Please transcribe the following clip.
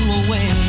away